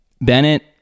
Bennett